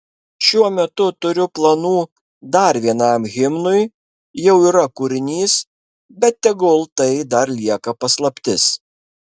šiuo metu turiu planų dar vienam himnui jau yra kūrinys bet tegul tai dar lieka paslaptis